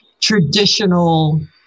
traditional